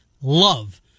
LOVE